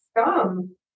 scum